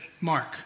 Mark